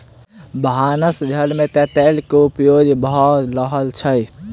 भानस घर में तेतैर के उपयोग भ रहल छल